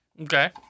Okay